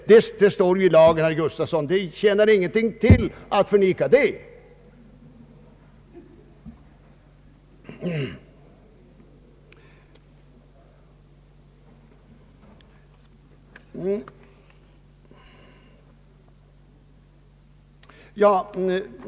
Det står i lagen, herr Bengt Gustavsson, så det tjänar ingenting till att förneka det.